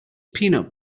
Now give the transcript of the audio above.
peanut